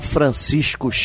Francisco